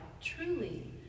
truly